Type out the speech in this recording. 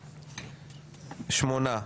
שמונה.